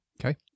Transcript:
Okay